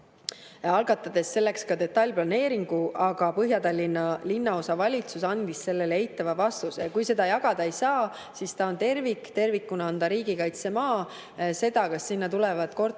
algatades selleks ka detailplaneeringu, aga Põhja-Tallinna Linnaosavalitsus andis sellele eitava vastuse. Kui seda jagada ei saa, siis ta on tervik, ja tervikuna on ta riigikaitsemaa. Seda, kas sinna tulevad